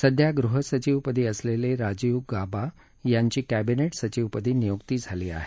सध्या गृहसचिवपदी असलेले राजीव गाबा यांची कॅबिनेट सचिवपदी नियुक्ती झाली आहे